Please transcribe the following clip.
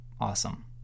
awesome